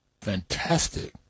Fantastic